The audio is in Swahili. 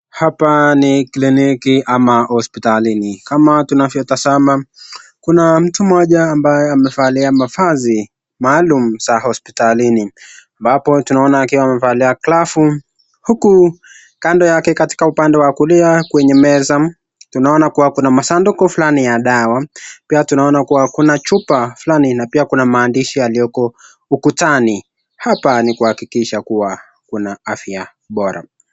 Hapa ni kliniki ama hospitalini kama tunavyotasama kuna mtu mmoja ambaye amevalia mavazi maalum za hospitalini ambapo tunaona akiwa amefalia glovu huku kando yake katika upande wa kulia kwenye meza tunaona kuwa kuna masanduku fulani ya dawa, pia tunaona kuwa kuna chupa fulani na pia kuna maandishi yaliyoko ukutani, hapa ni kuakikisha kuwa kuna afya bora.